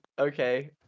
Okay